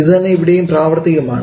ഇതു തന്നെ ഇവിടെയും പ്രാവർത്തികം ആണ്